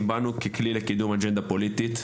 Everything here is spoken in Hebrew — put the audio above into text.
- בנו - ככלי לקידום אג'נדה פוליטית,